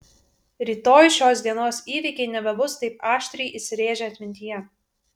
rytoj šios dienos įvykiai nebebus taip aštriai įsirėžę atmintyje